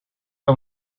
que